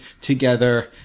together